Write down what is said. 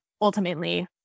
ultimately